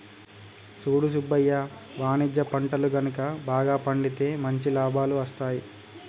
సూడు సుబ్బయ్య వాణిజ్య పంటలు గనుక బాగా పండితే మంచి లాభాలు అస్తాయి